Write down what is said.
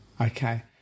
Okay